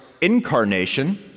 incarnation